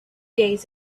days